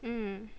mm